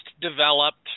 developed